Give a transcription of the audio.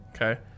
Okay